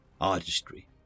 Artistry